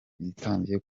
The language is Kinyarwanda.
bitangiye